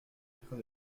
près